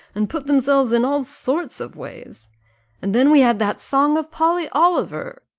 and put themselves in all sorts of ways and then we had that song of polly oliver,